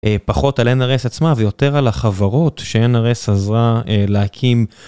פחות על nrs עצמה ויותר על החברות שnrs עזרה להקים.